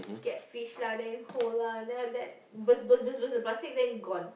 get fish lah then hold lah then after that burst burst burst the plastic then gone